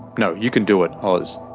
no, you can do it, os.